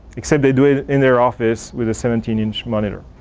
except they do it in their office with a seventeen inch monitor.